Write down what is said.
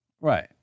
Right